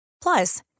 Plus